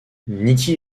niki